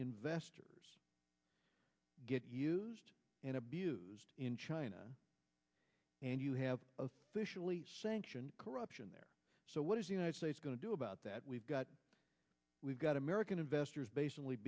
investors get used and abused in china and you have sanctioned corruption there so what is the united states going to do about that we've got we've got american